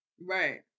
Right